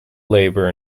labor